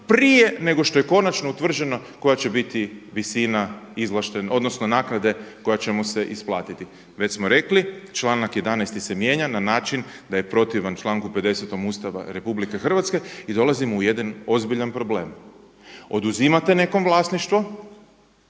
prije nego što je konačno utvrđena biti visina naknade koja će mu se isplatiti. Već smo rekli članak 11. se mijenja na način da je protivan članku 50. Ustava RH i dolazimo u jedan ozbiljan problem. Oduzimate nekom vlasništvo,